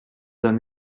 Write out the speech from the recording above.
d’un